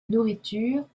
nourriture